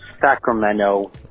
sacramento